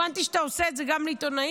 הבנתי שאתה עושה את זה גם לעיתונאים,